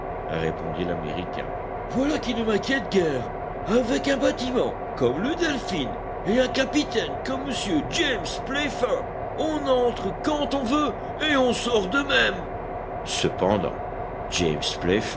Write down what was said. répondit l'américain voilà qui ne m'inquiète guère avec un bâtiment comme le delphin et un capitaine comme monsieur james playfair on entre quand on veut et on sort de même cependant james